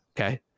okay